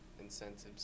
incentives